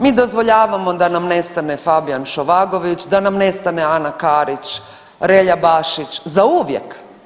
Mi dozvoljavamo da nam nestane Fabijan Šovagović, da nam nestane Ana Karić, Relja Bašić, zauvijek.